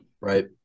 Right